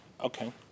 Okay